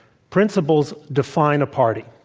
principles define a party.